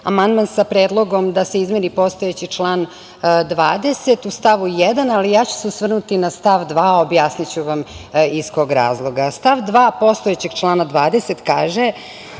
amandman sa predlogom da se izmeni postojeći član 20. u stavu 1. ali osvrnuću se na stav 2. Objasniću iz kog razloga. Stav 2. postojećeg člana 20. kaže